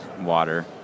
water